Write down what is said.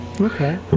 Okay